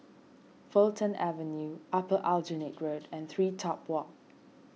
Fulton Avenue Upper Aljunied Road and TreeTop Walk